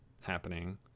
happening